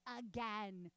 again